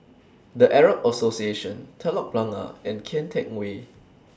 The Arab Association Telok Blangah and Kian Teck Way